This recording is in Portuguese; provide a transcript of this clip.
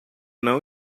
não